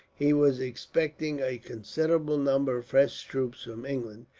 he was expecting a considerable number of fresh troops from england,